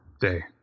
day